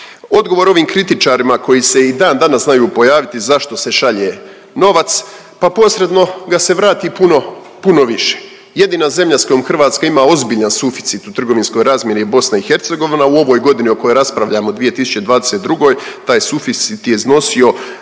Odgovor ovim kritičarima koji se i dan danas znaju pojaviti zašto se šalje novac, pa posredno ga se vrati puno, puno više. Jedina zemlja sa kojom Hrvatska ima ozbiljan suficit u trgovinskoj razmjeni BiH u ovoj godini u kojoj raspravljamo 2022. taj suficit je iznosio